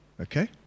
Okay